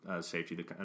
safety